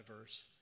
verse